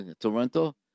Toronto